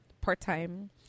part-time